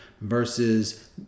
versus